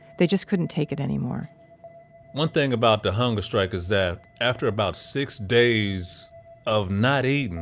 they just couldn't take it anymore one thing about the hunger strike is that after about six days of not eating,